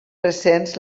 recents